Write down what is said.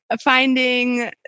finding